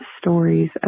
stories